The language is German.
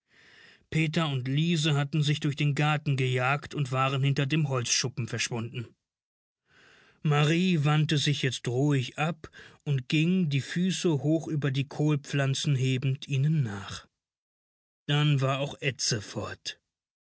peter und liese hatten sich durch den garten gejagt und waren hinter dem holzschuppen verschwunden marrie wandte sich jetzt ruhig ab und ging die füße hoch über die kohlpflanzen hebend ihnen nach dann war auch edse fort